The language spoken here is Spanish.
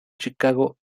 chicago